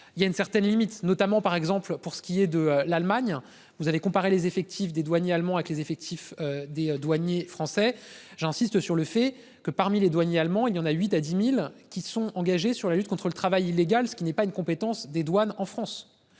il y a une certaine limite notamment par exemple pour ce qui est de l'Allemagne. Vous avez comparé les effectifs des douaniers allemands avec les effectifs des douaniers français. J'insiste sur le fait que parmi les douaniers allemands il y en a 8 à 10.000 qui sont engagés sur la lutte contre le travail illégal, ce qui n'est pas une compétence des douanes en France